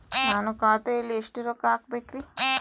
ನಾನು ಖಾತೆಯಲ್ಲಿ ಎಷ್ಟು ರೊಕ್ಕ ಹಾಕಬೇಕ್ರಿ?